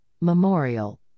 Memorial